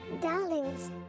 darlings